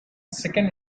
second